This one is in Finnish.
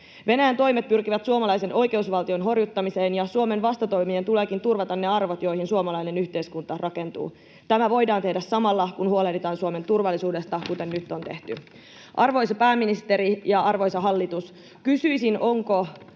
Venäjän toimet pyrkivät suomalaisen oikeusvaltion horjuttamiseen, ja Suomen vastatoimien tuleekin turvata ne arvot, joihin suomalainen yhteiskunta rakentuu. Tämä voidaan tehdä samalla, kun huolehditaan Suomen turvallisuudesta — kuten nyt on tehty. Arvoisa pääministeri ja arvoisa hallitus! Kysyisin, onko